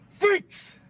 freaks